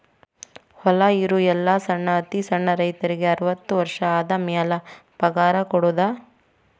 ಹೊಲಾ ಇರು ಎಲ್ಲಾ ಸಣ್ಣ ಅತಿ ಸಣ್ಣ ರೈತರಿಗೆ ಅರ್ವತ್ತು ವರ್ಷ ಆದಮ್ಯಾಲ ಪಗಾರ ಕೊಡುದ